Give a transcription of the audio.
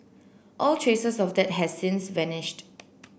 all traces of that have since vanished